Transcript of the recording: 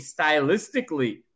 stylistically